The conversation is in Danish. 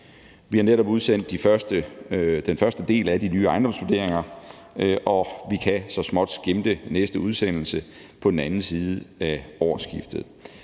Vi har netop udsendt den første del af de nye ejendomsvurderinger, og vi kan så småt skimte næste udsendelse på den anden side af årsskiftet.